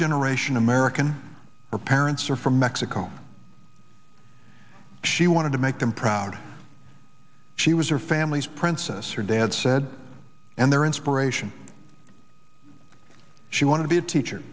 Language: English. generation american her parents are from mexico she wanted to make them proud she was her family's princess her dad said and their inspiration she wanted to be a teacher